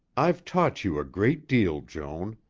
i've taught you a great deal, joan.